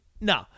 no